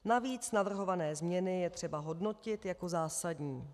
Navíc navrhované změny je třeba hodnotit jako zásadní.